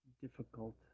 difficult